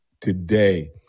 today